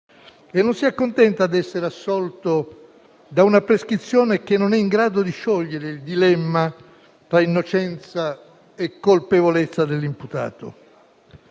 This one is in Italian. e non si accontenta di essere assolto da una prescrizione che non è in grado di sciogliere il dilemma tra innocenza e colpevolezza dell'imputato.